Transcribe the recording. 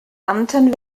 ernten